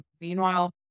meanwhile